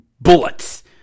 bullets